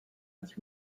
its